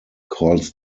calls